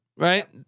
Right